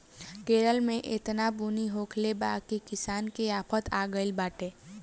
केरल में एतना बुनी होखले बा की किसान के त आफत आगइल बाटे